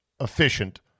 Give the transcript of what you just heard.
efficient